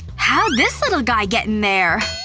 how'd this little guy get in there?